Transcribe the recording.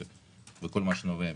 וכל מה שנובע מכך.